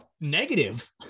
negative